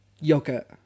yogurt